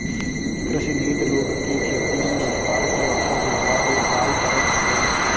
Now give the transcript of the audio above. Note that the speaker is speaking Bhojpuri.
कृषि नीति लोग के खेती में रोजगार के अवसर देहला के काल करत हवे